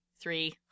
three